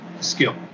skill